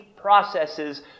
processes